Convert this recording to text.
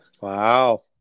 Wow